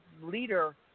leader